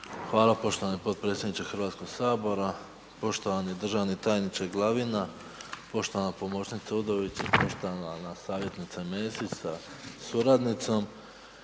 Hvala poštovani potpredsjedniče Hrvatskog sabora, poštovani državni tajniče Glavina, poštovana pomoćnice .../Govornik se ne razumije./... poštovana savjetnice Mesić sa suradnicom.